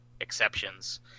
exceptions